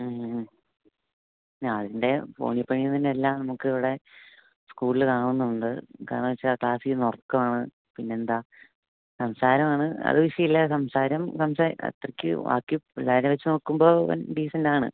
മ്മ് മ്മ് മ്മ് അവൻ്റെ ഫോണിൽ പണിയെല്ലാം നമുക്ക് ഇവിടെ സ്കൂളിൽ കാണുന്നുണ്ട് കാരണം എന്ന് വെച്ചാൽ ക്ലാസിൽ ഇരുന്ന് ഉറക്കമാണ് പിന്നെന്താ സംസാരമാണ് അത് വിഷയമില്ല സംസാരം പക്ഷെ അത്രയ്ക്ക് ബാക്കി പിള്ളേരെ വെച്ച് നോക്കുമ്പോൾ ഇവൻ ഡീസെൻറ്റാണ്